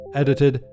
edited